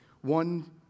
One